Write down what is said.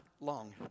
long